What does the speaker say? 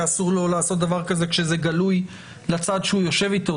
אסור לעשות דבר כזה כשזה גלוי לצד שיושב אתו,